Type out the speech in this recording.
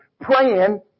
praying